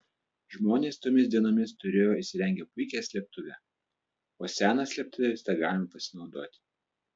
žmonės tomis dienomis turėjo įsirengę puikią slėptuvę o sena slėptuve visada galima pasinaudoti